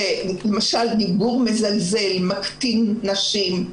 למשל, דיבור מזלזל שמקטין נשים,